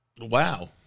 Wow